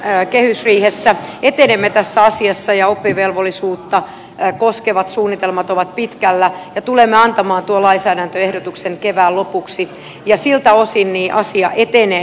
kehysriihessä etenemme tässä asiassa ja oppivelvollisuutta koskevat suunnitelmat ovat pitkällä ja tulemme antamaan tuon lainsäädäntöehdotuksen kevään lopuksi ja siltä osin asia etenee